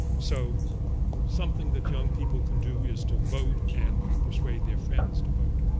so something that young people can do is to vote and persuade their friends to vote.